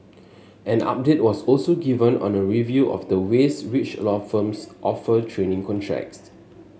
an update was also given on a review of the ways which law firms offer training contracts